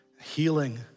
healing